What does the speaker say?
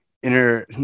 inner